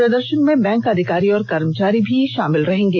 प्रदर्षन में बैंक अधिकारी और कर्मचारी भी शामिल रहेंगे